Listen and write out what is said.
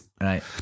right